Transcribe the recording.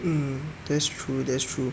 mm that's true that's true